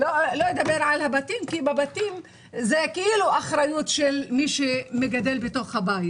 לא נדבר על הבתים כי בבתים זאת כאילו אחריות של מי שמגדל בתוך הבית